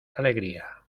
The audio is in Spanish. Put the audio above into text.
alegría